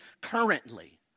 currently